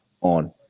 on